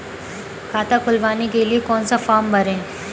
खाता खुलवाने के लिए कौन सा फॉर्म भरें?